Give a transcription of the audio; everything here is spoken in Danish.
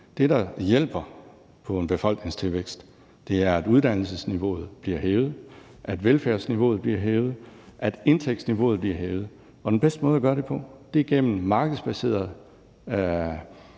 Det, der hjælper på en befolkningstilvækst, er, at uddannelsesniveauet bliver hævet, at velfærdsniveauet bliver hævet, og at indtægtsniveauet bliver hævet. Den bedste måde at gøre det på er gennem markedsbaseret